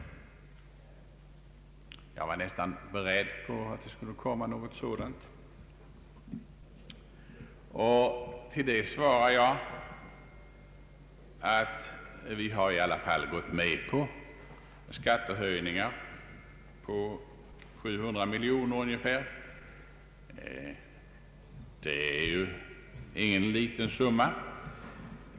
Jag var nästan beredd på att någonting sådant skulle komma. Till det svarar jag, att vi i alla fall har gått med på skattehöjningar på ungefär 700 miljoner kronor, vilket ju inte är någon liten summa.